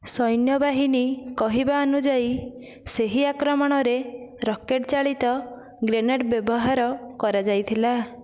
ସୈନ୍ୟବାହିନୀ କହିବା ଅନୁଯାୟୀ ସେହି ଆକ୍ରମଣରେ ରକେଟ ଚାଳିତ ଗ୍ରେନେଡ଼ ବ୍ୟବହାର କରାଯାଇଥିଲା